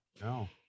No